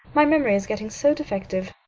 my memory is getting so defective.